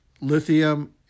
lithium